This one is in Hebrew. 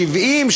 ה-70,